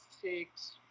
six